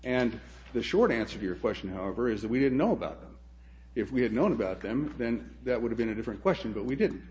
and the short answer your question however is that we didn't know about if we had known about them then that would have been a different question but we did